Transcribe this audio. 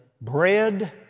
bread